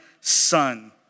son